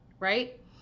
right